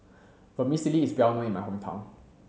vermicelli is well known in my hometown